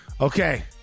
Okay